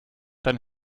dann